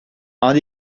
and